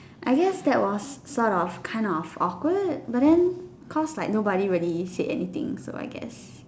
I guess that was kind sort of kind of awkward but then cause like nobody really said anything so I guess